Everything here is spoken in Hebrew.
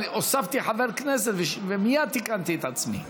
אבל הוספתי חבר כנסת ומייד תיקנתי את עצמי.